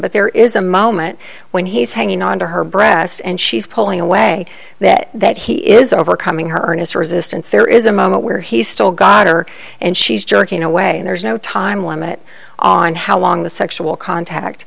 but there is a moment when he's hanging on to her breast and she's pulling away that that he is overcoming her earnest resistance there is a moment where he's still got her and she's jerking away there's no time limit on how long the sexual contact